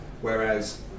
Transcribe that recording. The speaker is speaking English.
Whereas